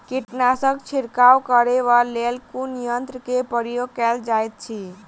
कीटनासक छिड़काव करे केँ लेल कुन यंत्र केँ प्रयोग कैल जाइत अछि?